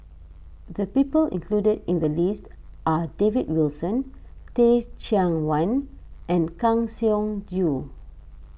the people included in the list are David Wilson Teh Cheang Wan and Kang Siong Joo